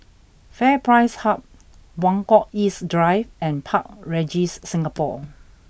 FairPrice Hub Buangkok East Drive and Park Regis Singapore